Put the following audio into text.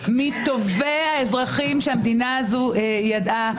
אזרחים מטובי האזרחים שהמדינה הזאת ידעה,